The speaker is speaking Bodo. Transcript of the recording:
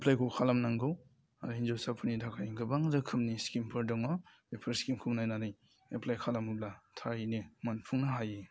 एप्लाइखौ खालामनांगौ आरो हिन्जावसाफोरनि थाखाय गोबां रोखोमनि स्किमफोर दङ बेफोर स्किमखौ नायनानै एप्लाइ खालामोब्ला थारैनो मोनफुंनो हायो